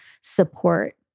support